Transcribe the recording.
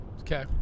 Okay